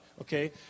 okay